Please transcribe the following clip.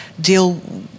deal